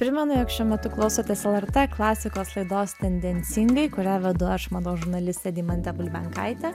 primenu jog šiuo metu klausotės lrt klasikos laidos tendencingai kurią vedu aš mados žurnalistė deimantė bulbenkaitė